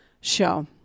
show